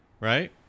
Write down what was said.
right